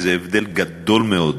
וזה הבדל גדול מאוד.